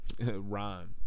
rhyme